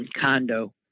condo